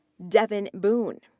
devin boone,